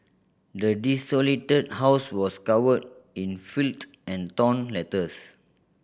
the desolated house was covered in filth and torn letters